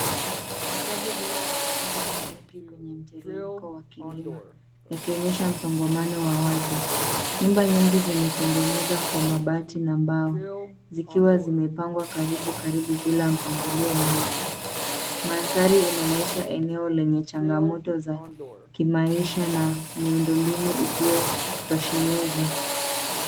Makazi duni yamejengwa kwa wingi kwenye mteremko wa kilima, yakionyesha msongamano wa watu. Nyumba nyingi zimetengenezwa kwa mabati na mbao, zikiwa zimepangwa karibu karibu bila mpangilio maalum. Mandhari inaonyesha eneo lenye changamoto za kimaisha, na miundo mbinu isiyotosheleza.